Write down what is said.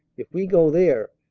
if we go there,